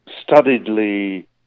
studiedly